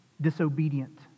disobedient